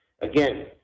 Again